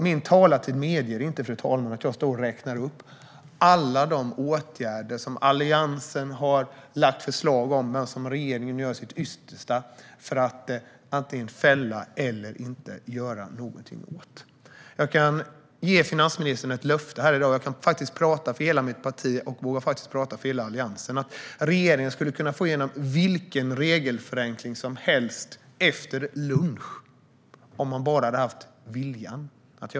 Min talartid medger inte att jag står och räknar upp alla de åtgärder som Alliansen har lagt fram förslag om men som regeringen gör sitt yttersta för att antingen fälla eller inte göra någonting åt, fru talman. Jag kan ge finansministern ett löfte i dag - jag kan tala för hela mitt parti, och jag vågar faktiskt tala för hela Alliansen - om att regeringen skulle kunna få igenom vilken regelförenkling som helst efter lunch om den bara hade viljan.